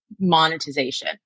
monetization